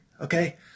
Okay